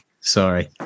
Sorry